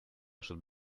should